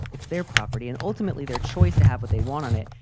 it's their property and ultimately their choice to have what they want on it.